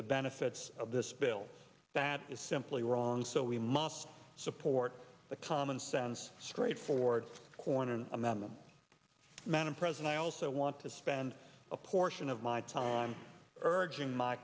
the benefits of this bill that is simply wrong so we must support the common sense straightforward corner m m m madam present i also want to spend a portion of my time urging my